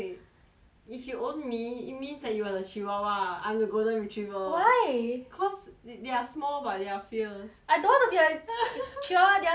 if you own me it means that you are the chihuahua I'm the golden retriever why cause th~ they are small but they are fierce I don't want to be like chihuahua they are so like